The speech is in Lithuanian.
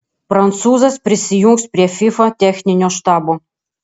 prancūzas prisijungs prie fifa techninio štabo